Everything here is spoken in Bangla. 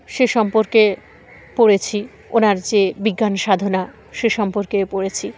সে সম্পর্কে পড়েছি ওনার যে বিজ্ঞান সাধনা সে সম্পর্কে পড়েছি